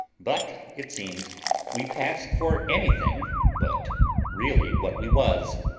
but it seems we passed for anything but really what we was.